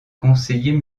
conseillers